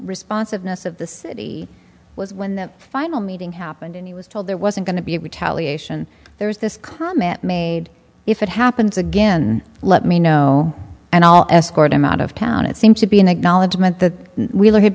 responsiveness of the city was when that final meeting happened and he was told there wasn't going to be retaliation there was this comment made if it happens again let me know and i'll escort him out of town it seems to be an acknowledgement that we had